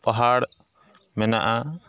ᱯᱟᱦᱟᱲ ᱢᱮᱱᱟᱜᱼᱟ